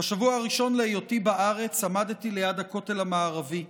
"בשבוע הראשון להיותי בארץ עמדתי ליד הכותל המערבי.